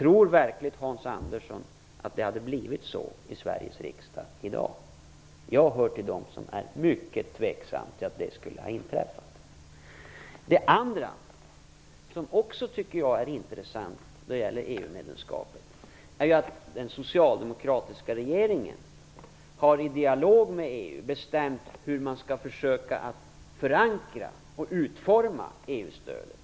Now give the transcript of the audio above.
Tror verkligen Hans Andersson att Sveriges riksdag i sådana fall skulle ha gjort det i dag? Jag hör till dem som är mycket tveksamma till att det skulle ha inträffat. Det andra som jag också tycker är intressant när det gäller EU-medlemskapet är att den socialdemokratiska regeringen i dialog med EU har bestämt hur man skall försöka förankra och utforma EU-stödet.